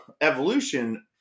evolution